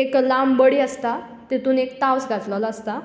एक लांब बडी आसता तातूंत एक तावंस घातिल्लो आसता